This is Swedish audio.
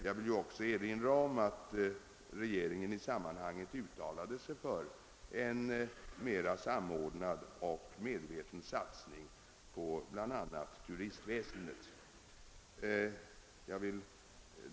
Jag vill också erinra om att regeringen i detta sammanhang uttalade sig för en mer samordnad och medveten satsning på bl.a. turistväsendet.